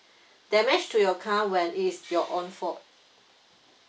damage to your car when it is your own fault